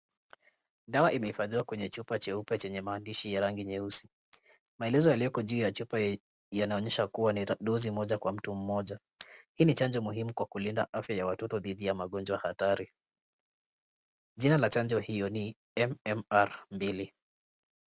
Dawa imehifadhiwa kwenye chupa cheupe chenye maandishi ya rangi nyeusi. Maelezo yaliyoko juu ya chupa hiyo inaonyesha kuwa ni ya dozi moja kwa mtu mmoja. Hii ni chanjo muhimu kwa kulinda afya ya watoto dhidi ya magonjwa hatari. Jina la chanjo hiyo ni MMR II.